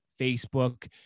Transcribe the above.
Facebook